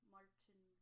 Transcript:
Martin